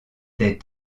des